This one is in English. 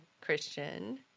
Christian